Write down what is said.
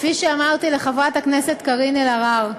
כפי שאמרתי לחברת הכנסת קארין אלהרר,